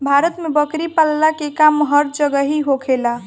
भारत में बकरी पलला के काम हर जगही होखेला